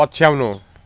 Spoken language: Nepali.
पछ्याउनु